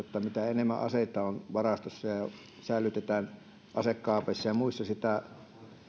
mitä enemmän aseita on varastoissa ja säilytetään asekaapeissa ja muissa sitä